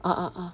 ah ah ah